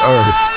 Earth